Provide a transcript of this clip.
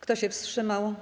Kto się wstrzymał?